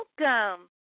welcome